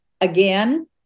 again